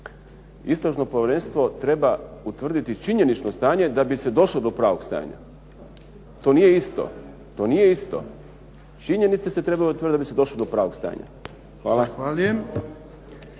Istražno povjerenstvo treba utvrditi činjenično stanje da bi se došlo do pravog stanja. To nije isto. Činjenice se trebaju utvrditi da bi se došlo do pravog stanja. Hvala.